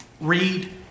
read